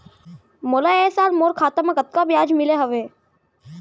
मोला ए साल मोर खाता म कतका ब्याज मिले हवये?